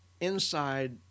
Inside